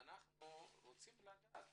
אנחנו רוצים לדעת